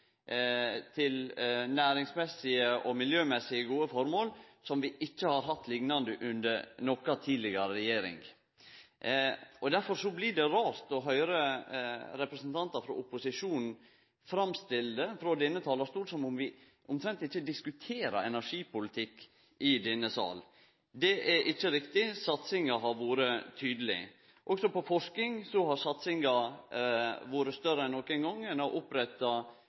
til næringsmessig og miljømessig gode formål som vi ikkje har hatt liknande av under noka tidlegare regjering. Derfor blir det rart å høyre representantar frå opposisjonen framstille det frå denne talarstolen som om vi omtrent ikkje diskuterer energipolitikk i denne salen. Det er ikkje riktig. Satsinga har vore tydeleg. Også på forsking har satsinga vore større enn nokon gong. Ein har oppretta